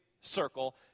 circle